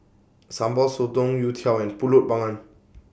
Sambal Sotong Youtiao and Pulut Panggang